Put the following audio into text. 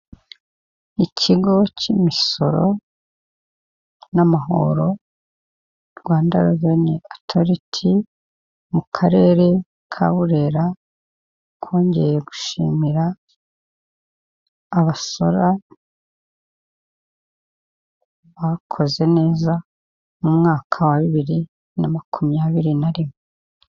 Ikigo cy'imisoro n'amahoro Rwanda reveni otoriti, mu Karere ka Burera kongeye gushimira abasora bakoze neza, mu mwaka wa bibiri na makumyabiri na rimwe.